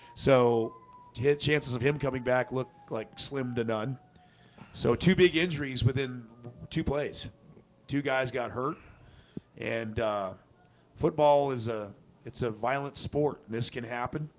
so his chances of him coming back look like slim to none so two big injuries within two plays two guys got hurt and football is a it's a violent sport this can happen